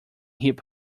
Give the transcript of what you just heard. hip